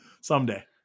Someday